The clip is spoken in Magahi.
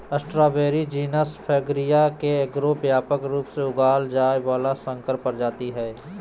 स्ट्रॉबेरी जीनस फ्रैगरिया के एगो व्यापक रूप से उगाल जाय वला संकर प्रजाति हइ